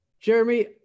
Jeremy